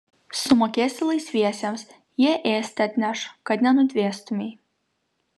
sumokėsi laisviesiems jie ėsti atneš kad nenudvėstumei